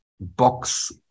box